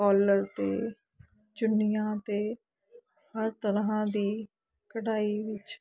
collar 'ਤੇ ਚੁੰਨੀਆਂ 'ਤੇ ਹਰ ਤਰ੍ਹਾਂ ਦੀ ਕਢਾਈ ਵਿੱਚ